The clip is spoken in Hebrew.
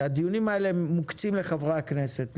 הדיונים האלה מוקצים לחברי הכנסת.